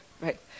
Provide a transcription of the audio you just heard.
right